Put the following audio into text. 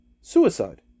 Suicide